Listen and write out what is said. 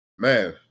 Man